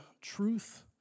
truth